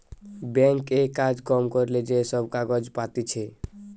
bank এ কাজ কম করিলে যে সব কাগজ পাতিছে